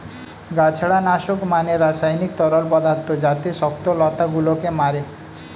গাছড়া নাশক মানে রাসায়নিক তরল পদার্থ যাতে শক্ত লতা গুলোকে মারে